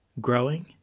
Growing